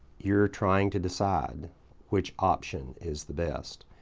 you're trying to decide which option is the best.